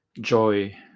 joy